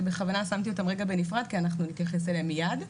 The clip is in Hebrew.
שבכוונה שמתי אותם רגע בנפרד כי אנחנו נתייחס אליהם מיד.